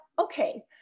okay